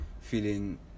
feeling